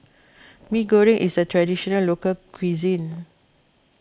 Mee Goreng is a Traditional Local Cuisine